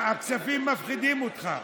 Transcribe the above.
הכספים מפחידים אותך.